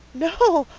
no,